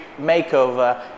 makeover